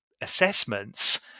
assessments